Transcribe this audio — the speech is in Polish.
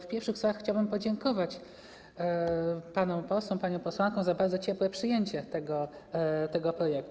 W pierwszych słowach chciałbym podziękować panom posłom, paniom posłankom za bardzo ciepłe przyjęcie tego projektu.